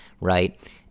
right